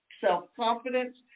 self-confidence